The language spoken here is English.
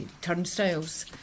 turnstiles